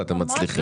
ואתם מצליחים.